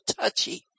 touchy